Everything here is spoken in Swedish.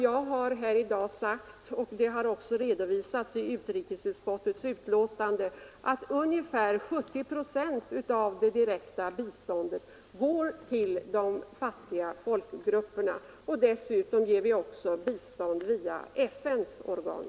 Jag har i dag sagt — och det har även redovisats i utrikesutskottets betänkande — att ungefär 70 procent av det direkta biståndet går till de fattiga folkgrupperna. Dessutom ger vi bistånd via FN:s organ.